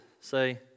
say